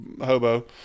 hobo